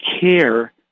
care